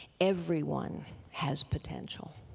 everyone has potential.